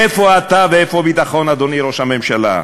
איפה אתה ואיפה ביטחון, אדוני ראש הממשלה?